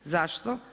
Zašto?